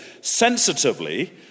sensitively